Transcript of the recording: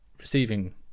receiving